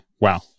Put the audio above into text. Wow